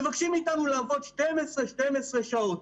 מבקשים מאיתנו לעבוד 12/12 שעות,